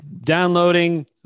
downloading